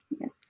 Yes